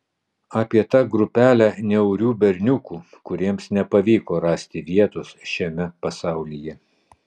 apie tą grupelę niaurių berniukų kuriems nepavyko rasti vietos šiame pasaulyje